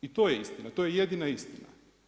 I to je istina, to je jedina istina.